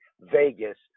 Vegas